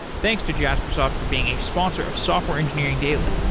thanks to jaspersoft from being a sponsor of software engineering daily